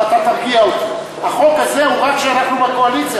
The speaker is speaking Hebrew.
אבל אתה תרגיע אותי: החוק הזה הוא רק כשאנחנו בקואליציה,